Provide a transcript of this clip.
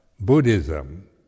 Buddhism